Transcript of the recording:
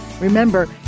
Remember